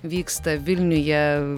vyksta vilniuje